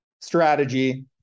strategy